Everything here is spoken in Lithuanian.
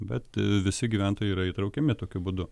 bet visi gyventojai yra įtraukiami tokiu būdu